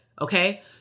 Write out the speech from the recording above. Okay